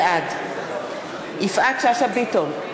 בעד יפעת שאשא ביטון,